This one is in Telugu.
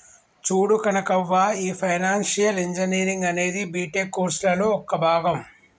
చూడు కనకవ్వ, ఈ ఫైనాన్షియల్ ఇంజనీరింగ్ అనేది బీటెక్ కోర్సులలో ఒక భాగం